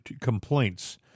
complaints